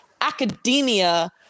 academia